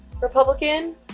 Republican